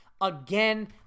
again